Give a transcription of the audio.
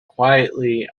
quietly